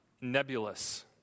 nebulous